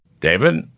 david